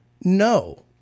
No